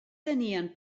tenien